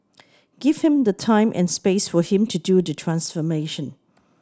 give him the time and space for him to do the transformation